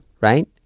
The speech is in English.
right